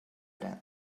ara